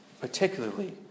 particularly